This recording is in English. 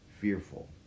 fearful